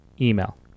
email